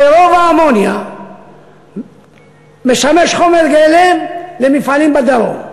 שרוב האמוניה משמשת חומר גלם למפעלים בדרום.